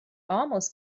almost